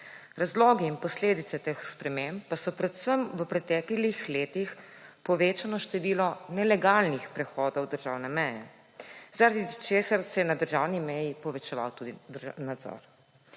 Razlogi in posledice teh sprememb pa so predvsem v preteklih letih povečano število nelegalnih prehodov državne meje, zaradi česar se je na državni meji povečeval tudi nadzor.